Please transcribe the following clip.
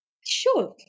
sure